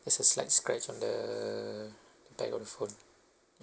there's a slight scratch on the back of the phone